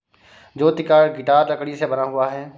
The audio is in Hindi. ज्योति का गिटार लकड़ी से बना हुआ है